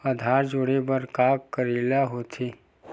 आधार जोड़े बर का करे ला होथे?